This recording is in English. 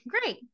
great